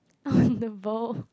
them both